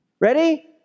Ready